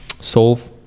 solve